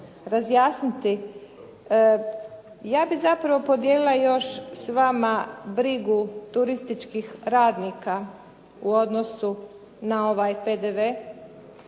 razjasniti. Ja bih zapravo podijelila još s vama brigu turističkih radnika u odnosu na ovaj PDV.